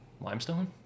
Limestone